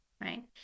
right